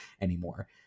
anymore